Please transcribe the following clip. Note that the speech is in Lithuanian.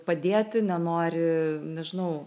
padėti nenori nežinau